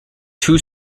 two